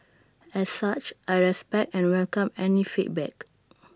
as such I respect and welcome any feedback